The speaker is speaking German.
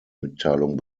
mitteilung